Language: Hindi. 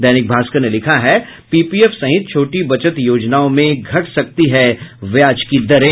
दैनिक भास्कर ने लिखा है पीपीएफ सहित छोटी बचत योजनाओं में घट सकती हैं ब्याज की दरें